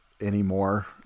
anymore